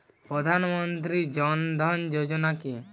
প্রধান মন্ত্রী জন ধন যোজনা কি?